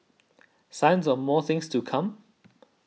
signs of more things to come